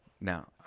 Now